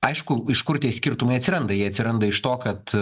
aišku iš kur tie skirtumai atsiranda jie atsiranda iš to kad